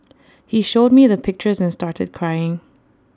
he showed me the pictures and started crying